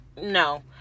No